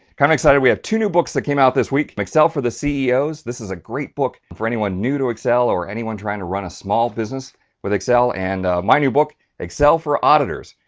kind of excited, we have two new books that came out this week. excel for the ceo, this is a great book for anyone new to excel, or anyone trying to run a small business with excel. and my new book excel for auditors,